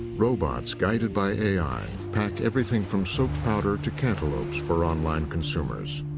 robots, guided by a i, pack everything from soap powder to cantaloupes for online consumers.